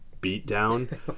beatdown